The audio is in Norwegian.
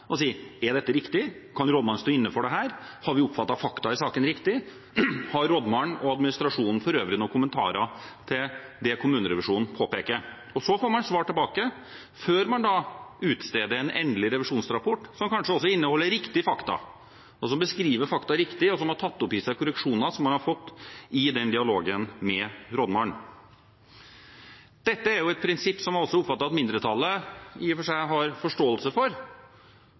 det kommunerevisjonen påpeker? Så får man svar tilbake før man utsteder en endelig revisjonsrapport, som kanskje inneholder riktige fakta, som beskriver fakta riktig, og som har tatt opp i seg korreksjoner som man har fått i dialogen med rådmannen. Dette er et prinsipp som jeg oppfatter at mindretallet i og for seg har forståelse for